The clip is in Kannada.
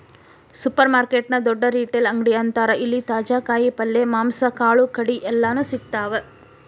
ಸೂಪರ್ರ್ಮಾರ್ಕೆಟ್ ನ ದೊಡ್ಡ ರಿಟೇಲ್ ಅಂಗಡಿ ಅಂತಾರ ಇಲ್ಲಿ ತಾಜಾ ಕಾಯಿ ಪಲ್ಯ, ಮಾಂಸ, ಕಾಳುಕಡಿ ಎಲ್ಲಾನೂ ಸಿಗ್ತಾವ